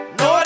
no